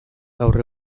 gaur